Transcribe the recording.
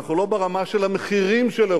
בצד שינויים נוספים שאנחנו עושים,